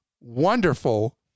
wonderful